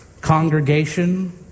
congregation